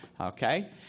okay